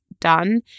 done